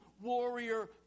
warrior